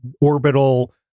orbital